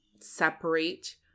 separate